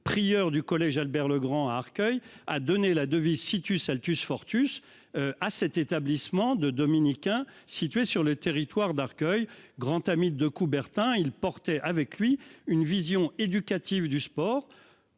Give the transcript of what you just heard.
prieur du collège Albert Legrand à Arcueil a donné la devise situs Altice fortune. À cet établissement de Dominicains situé sur le territoire d'Arcueil, grand ami de Coubertin. Il portait avec lui une vision éducative du sport.